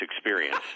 experience